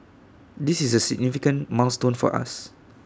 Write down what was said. this is A significant milestone for us